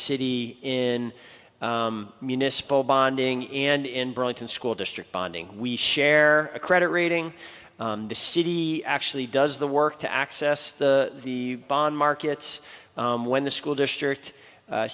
city in municipal bonding and in burlington school district bonding we share a credit rating on the city actually does the work to access the the bond markets when the school district